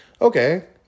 okay